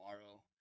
tomorrow